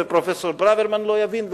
ופרופסור ברוורמן לא יבין,